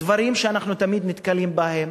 דברים שאנחנו תמיד נתקלים בהם,